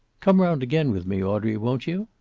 come round again with me, audrey, won't you?